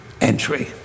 entry